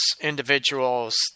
individuals